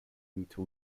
into